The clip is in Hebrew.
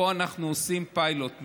פה אנחנו עושים פיילוט,